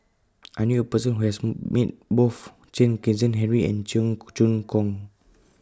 I knew A Person Who has Met Both Chen Kezhan Henri and Cheong Choong Kong